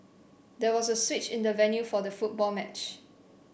there was a switch in the venue for the football match